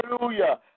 hallelujah